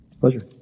Pleasure